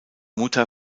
mutter